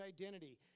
identity